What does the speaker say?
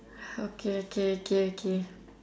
okay okay okay okay